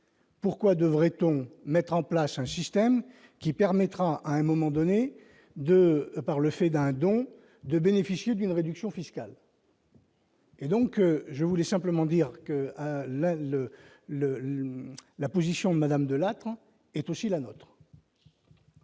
pourquoi devrait-on mettre en place un système qui permettra à un moment donné de par le fait d'un don de bénéficier d'une réduction fiscale. Et donc je voulais simplement dire que la le, le, le, la position de Madame de Latran est aussi la nôtre.